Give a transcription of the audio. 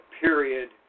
period